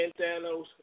Thanos